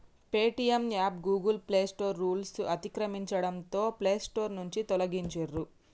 Paytm app Google Play Store రూల్స్ను అతిక్రమించడంతో Play Store నుంచి తొలగించిర్రు